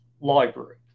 library